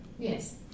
Yes